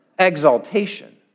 exaltation